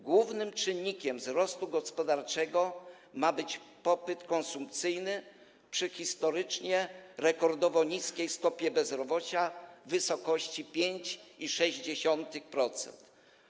Głównym czynnikiem wzrostu gospodarczego ma być popyt konsumpcyjny, przy historycznie rekordowo niskiej stopie bezrobocia w wysokości 5,6%.